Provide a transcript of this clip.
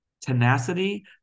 tenacity